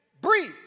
breathe